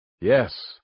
Yes